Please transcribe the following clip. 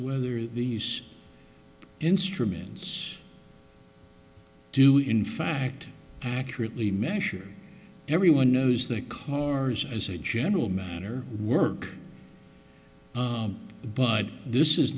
whether these instruments do in fact accurately measure everyone knows that corners as a general manner work but this is